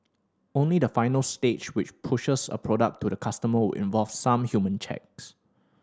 only the final stage which pushes a product to the customer will involve some human checks